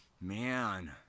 man